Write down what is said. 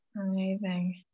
amazing